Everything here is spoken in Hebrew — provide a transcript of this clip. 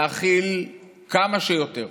להכיל כמה שיותר